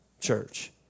church